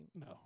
No